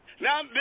Now